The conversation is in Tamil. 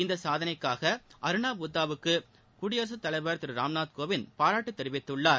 இந்த சாதனைக்காக அருணா புத்தாவுக்கு குடியரசுத் தலைவர் திரு ராம் நாத் கோவிந்த் பாராட்டு தெரிவித்துள்ளார்